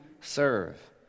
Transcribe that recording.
serve